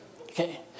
Okay